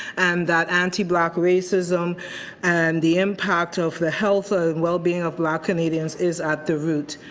and that anti-black racism and the impact of the health ah and well-being of black canadians is at the root.